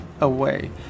away